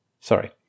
sorry